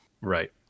Right